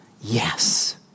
Yes